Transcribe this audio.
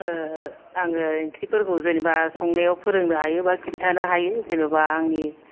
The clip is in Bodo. आङो ओंख्रिफोरखौ जेनेबा संनायाव फोरोंनो हायो बा खोन्थानो हायो जेन'बा आंनि